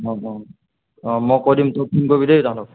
অঁ অঁ অঁ মই কৈ দিম তই ফোন কৰিবি দেই তাহাঁতক